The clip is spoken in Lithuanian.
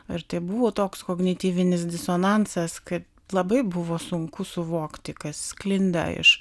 ir tai buvo toks kognityvinis disonansas kad labai buvo sunku suvokti kas sklinda iš